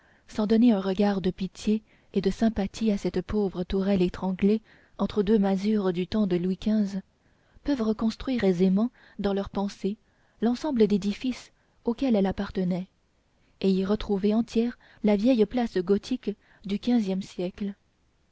sans donner un regard de pitié et de sympathie à cette pauvre tourelle étranglée entre deux masures du temps de louis xv peuvent reconstruire aisément dans leur pensée l'ensemble d'édifices auquel elle appartenait et y retrouver entière la vieille place gothique du quinzième siècle